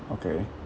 okay